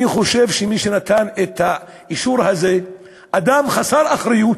אני חושב שמי שנתן את האישור הזה הוא אדם חסר אחריות,